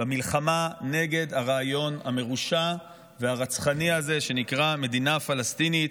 במלחמה נגד הרעיון המרושע והרצחני הזה שנקרא מדינה פלסטינית.